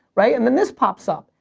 right, and then this pops up.